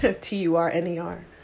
T-U-R-N-E-R